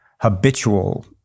habitual